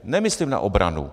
Nemyslím na obranu.